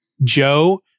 Joe